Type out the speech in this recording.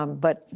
um but,